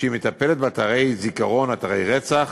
שמטפלת באתרי זיכרון, אתרי רצח,